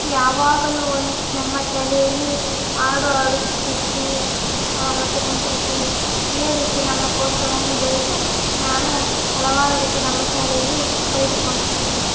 ಯಾವಾಗಲೂ ಒನ್ಸ್ ನಮ್ಮ ಶಾಲೆಯಲ್ಲಿ ಹಾಡು ಹಾಡಿಸ್ತಿದ್ರು ಮತ್ತು ಸಂಸ್ಕೃತಿ ಇದೇ ರೀತಿ ನಮ್ಮ ಕೌಶಲ್ಯವನ್ನು ಬೆರೆತು ನಾನು ಹಲವಾರು ರೀತಿ ನಮ್ಮ ಶಾಲೆಯಲ್ಲಿ ಕಲಿತುಕೊಂಡಿದ್ದೇನೆ